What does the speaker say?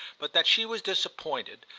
but that she was disappointed,